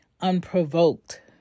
unprovoked